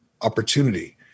opportunity